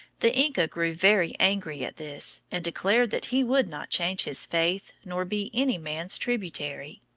the inca grew very angry at this, and declared that he would not change his faith nor be any man's tributary.